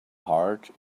heart